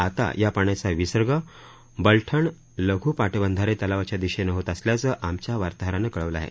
आता या पाण्याचा विसर्ग बलठण लघ् पाटबंधारे तलावाच्या दिशेनं होत असल्याचं आमच्या वार्ताहरानं कळवलं आहे